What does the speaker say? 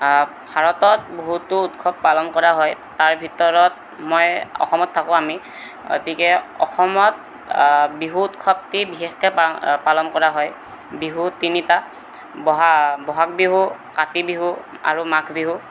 ভাৰতত বহুতো উৎসৱ পালন কৰা হয় তাৰ ভিতৰত মই অসমত থাকো আমি গতিকে অসমত বিহু উৎসৱটি বিশেষকৈ পা পালন কৰা হয় বিহু তিনিটা বহা বহাগ বিহু কাতি বিহু আৰু মাঘ বিহু